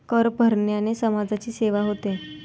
कर भरण्याने समाजाची सेवा होते